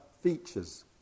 features